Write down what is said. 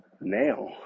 now